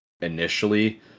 initially